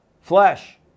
flesh